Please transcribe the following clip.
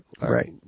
Right